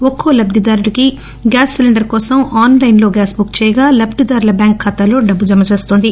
ఒక్కొ లబ్దిదారులకు gas cylinder కోసం ఆస్ లైస్ లో గ్యాస్ బుక్ చేయగా లబ్దిదారుల బ్యాంకు ఖాతాలొ డబ్బులు జమ చేస్తొంది